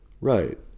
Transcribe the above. Right